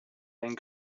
einen